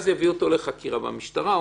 שאז יביאו אותו לחקירה במשטרה.